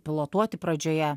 pilotuoti pradžioje